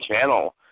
channel